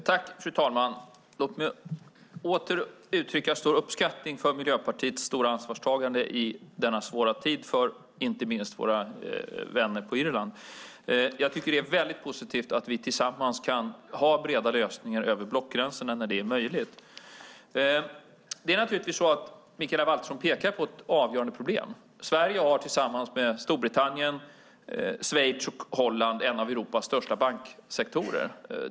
Fru talman! Låt mig åter uttrycka stor uppskattning av Miljöpartiets stora ansvarstagande i denna svåra tid för inte minst våra vänner i Irland. Jag tycker att det är väldigt positivt att vi tillsammans kan ha breda lösningar över blockgränserna när det är möjligt. Mikaela Valtersson pekar på ett avgörande problem. Sverige har - tillsammans med Storbritannien, Schweiz och Holland - en av Europas största banksektorer.